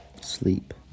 Sleep